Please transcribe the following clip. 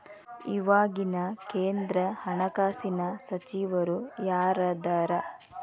ಇವಾಗಿನ ಕೇಂದ್ರ ಹಣಕಾಸಿನ ಸಚಿವರು ಯಾರದರ